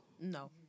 no